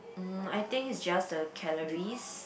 mm I think it's just the calories